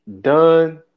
done